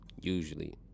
Usually